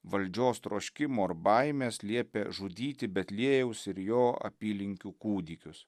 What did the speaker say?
valdžios troškimo ar baimės liepė žudyti betliejaus ir jo apylinkių kūdikius